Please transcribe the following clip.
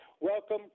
Welcome